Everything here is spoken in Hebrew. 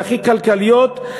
והכי כלכליות,